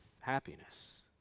happiness